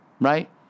right